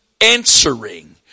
answering